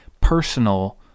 personal